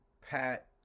pat